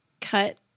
cut